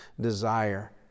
desire